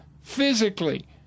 physically